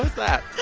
that?